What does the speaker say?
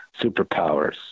superpowers